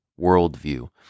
worldview